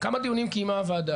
כמה דיונים קיימה הוועדה?